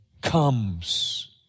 comes